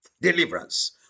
Deliverance